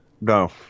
no